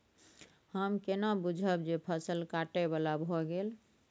हम केना बुझब जे फसल काटय बला भ गेल?